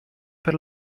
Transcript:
per